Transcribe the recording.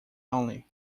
only